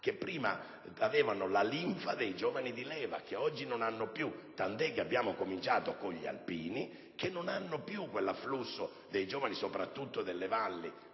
che prima avevano la linfa dei giovani di leva, e che oggi non hanno più. Abbiamo iniziato con gli alpini, che non hanno più quell'afflusso di giovani, provenienti soprattutto dalle valli,